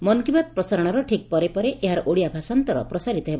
ମନ୍ କି ବାତ୍ ପ୍ରସାରଣର ଠିକ୍ ପରେ ପରେ ଏହାର ଓଡ଼ିଆ ଭାଷାନ୍ତର ପ୍ରସାରିତ ହେବ